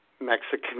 Mexican